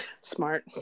Smart